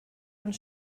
ond